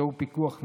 זהו פיקוח נפש.